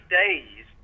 days